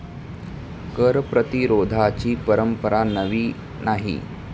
कर प्रतिरोधाची परंपरा नवी नाही